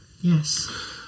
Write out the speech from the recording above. Yes